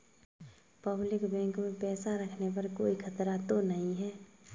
Public bank में पैसा रखने पर कोई खतरा तो नहीं है?